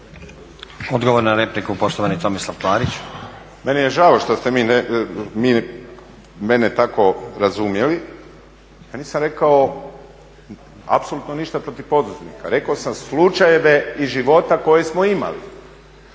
Tomislav Klarić. **Klarić, Tomislav (HDZ)** Meni je žao sto ste vi mene tako razumjeli. Ja nisam rekao apsolutno ništa protiv poduzetnika, rekao sam slučajeve iz života koje smo imali.